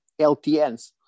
LTNs